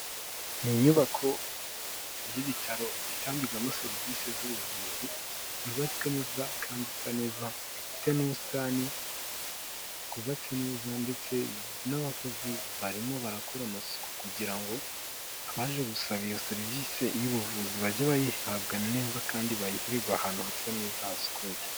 Ni inyubako y'ibitaro itangirwamo serivisi z'ubuvuzi, yubatswe neza kandi isa neza, ifite n'ubusitani bwubatse neza ndetse n'abakozi barimo barakora amasuku kugira ngo abaje gusaba iyo serivisi y'ubuvuzi bajye bayihabwa neza kandi bayihererwe ahantu hasa neza hasukuye.